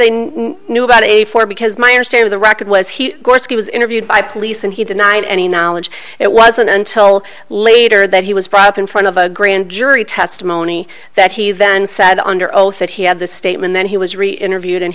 knew knew about eighty four because my understanding the record was he was interviewed by police and he denied any knowledge it wasn't until later that he was brought up in front of a grand jury testimony that he then said under oath that he had the statement then he was really interviewed and